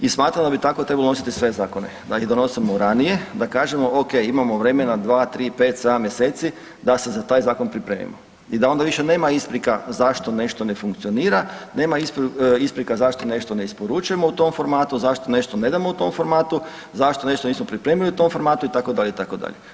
I smatram da bi to tako trebalo donositi sve zakone, da ih donosimo ranije, da kažemo ok imamo vremena dva, tri, pet, sedam mjeseci da se za taj zakon pripremimo i da onda više nema isprika zašto nešto ne funkcionira, nema isprika zašto nešto ne isporučujemo u tom formatu, zašto nešto ne damo u tom formatu, zašto nešto nismo pripremili u tom formatu itd., itd.